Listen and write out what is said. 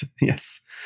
Yes